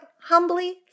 humbly